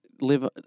live